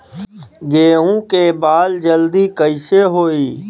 गेहूँ के बाल जल्दी कईसे होई?